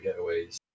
getaways